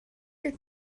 your